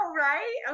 right